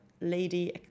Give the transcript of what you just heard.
lady